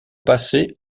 passé